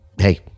hey